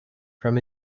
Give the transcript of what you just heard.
from